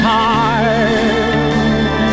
time